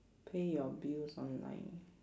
pay your bills online